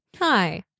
Hi